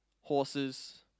horses